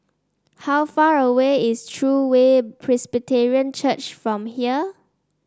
how far away is True Way Presbyterian Church from here